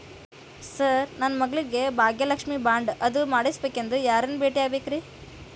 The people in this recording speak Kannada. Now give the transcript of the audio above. ಸರ್ ನನ್ನ ಮಗಳಿಗೆ ಭಾಗ್ಯಲಕ್ಷ್ಮಿ ಬಾಂಡ್ ಅದು ಮಾಡಿಸಬೇಕೆಂದು ಯಾರನ್ನ ಭೇಟಿಯಾಗಬೇಕ್ರಿ?